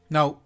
Now